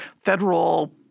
federal